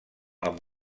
amb